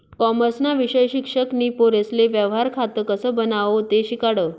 कॉमर्सना विषय शिक्षक नी पोरेसले व्यवहार खातं कसं बनावो ते शिकाडं